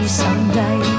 someday